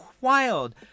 Wild